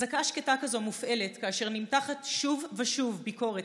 אזעקה שקטה כזאת מופעלת כאשר נמתחת שוב ושוב ביקורת